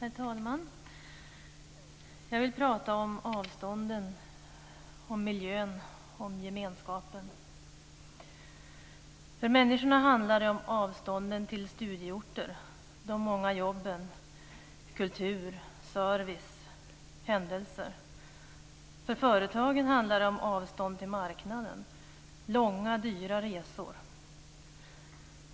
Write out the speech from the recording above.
Herr talman! Jag vill prata om avstånden, om miljön och om gemenskapen. För människorna handlar det om avstånden till studieorterna, de många jobben, kultur, service och händelser. För företagen handlar det om avstånd till marknaden, långa dyra resor.